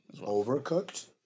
Overcooked